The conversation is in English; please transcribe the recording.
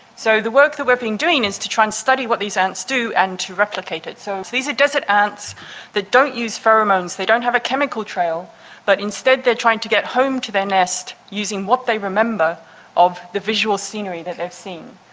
so the work that we've been doing is to try and study what these ants do and to replicate it. so these are desert ants that don't use pheromones. they don't have a chemical trail but instead they're trying to get home to their nest using what they remember of the visual scenery that they've seen.